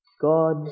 God